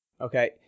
Okay